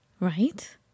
Right